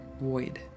void